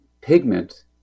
pigment